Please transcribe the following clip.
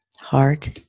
heart